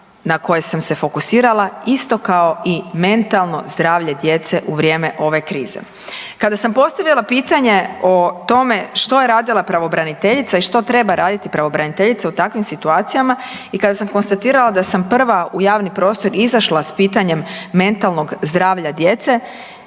na koje sam se fokusirala isto kao i mentalno zdravlje djece u vrijeme ove krize. Kada sam postavila pitanje o tome što je radila pravobraniteljica i što treba raditi pravobraniteljica u takvim situacijama i kada sam konstatirala da sam prva u javni prostor izašla sa pitanjem mentalnog zdravlja djece